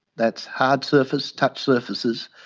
that's hard surface, touch surfaces,